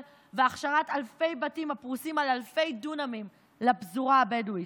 והכשרת אלפי בתים הפרוסים על אלפי דונמים לפזורה הבדואית.